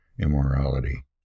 immorality